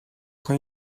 con